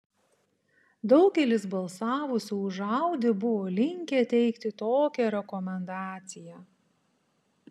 daugelis balsavusių už audi buvo linkę teikti tokią rekomendaciją